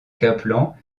kaplan